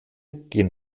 gehen